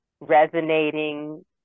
resonating